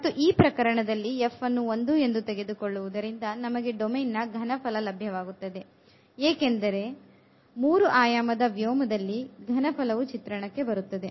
ಮತ್ತು ಈ ಪ್ರಕರಣದಲ್ಲಿ f ಅನ್ನು 1 ಎಂದು ತೆಗೆದುಕೊಳ್ಳುವುದರಿಂದ ನಮಗೆ ಡೊಮೇನ್ ನ ಘನಫಲ ಲಭ್ಯವಾಗುತ್ತದೆ ಏಕೆಂದರೆ 3 ಆಯಾಮದ ವ್ಯೋಮದಲ್ಲಿ ಘನಫಲವು ಚಿತ್ರಕ್ಕೆ ಬರುತ್ತದೆ